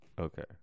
okay